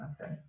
Okay